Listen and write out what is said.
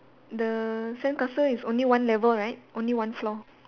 the sandcastle is only one level right only one floor